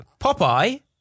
popeye